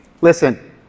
Listen